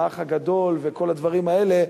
"האח הגדול" וכל הדברים האלה,